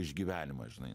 išgyvenimas žinai